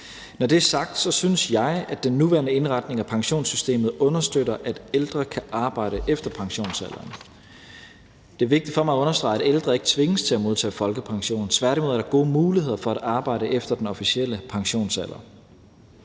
Når det er sagt, synes jeg, at den nuværende indretning af pensionssystemet understøtter, at ældre kan arbejde efter pensionsalderen. Det er vigtigt for mig at understrege, at ældre ikke tvinges til at modtage folkepension, tværtimod er der gode muligheder for at arbejde efter den officielle pensionsalder.